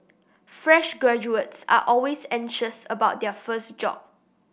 fresh graduates are always anxious about their first job